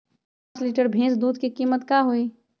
पाँच लीटर भेस दूध के कीमत का होई?